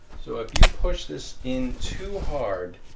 so if you push this in too hard,